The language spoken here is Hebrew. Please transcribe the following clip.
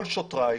כל שוטריי